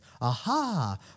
aha